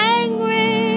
angry